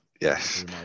yes